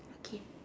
okay